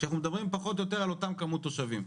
שאנחנו מדברים פחות או יותר על אותם כמות תושבים?